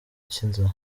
cy’inzara